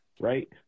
Right